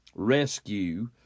Rescue